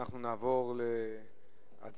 אנחנו נעבור להצבעה.